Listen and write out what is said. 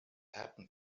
happen